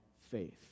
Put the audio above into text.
faith